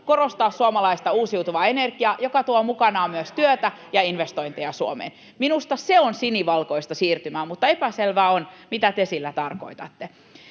korostaa suomalaista uusiutuvaa energiaa, joka tuo mukanaan myös työtä ja investointeja Suomeen. [Juha Mäenpää: Onko turve fossiilista?] Minusta se on sinivalkoista siirtymää, mutta epäselvää on, mitä te sillä tarkoitatte.